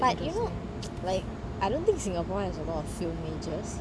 but you know like I don't think singapore has a lot of film majors